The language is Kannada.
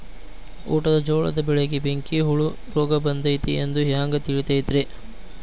ಊಟದ ಜೋಳದ ಬೆಳೆಗೆ ಬೆಂಕಿ ಹುಳ ರೋಗ ಬಂದೈತಿ ಎಂದು ಹ್ಯಾಂಗ ತಿಳಿತೈತರೇ?